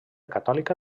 catòlica